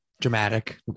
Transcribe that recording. dramatic